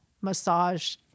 massage